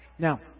Now